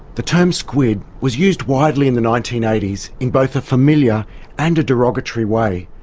the term squid was used widely in the nineteen eighty s in both a familiar and derogatory way.